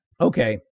Okay